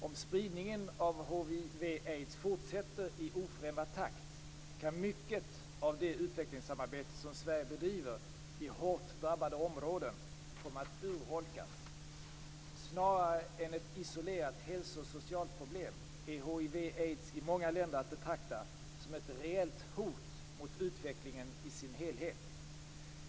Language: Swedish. Om spridningen av hiv aids i många länder att betrakta som ett reellt hot mot utvecklingen i sin helhet.